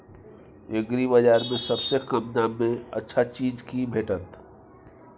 एग्रीबाजार में सबसे कम दाम में अच्छा चीज की भेटत?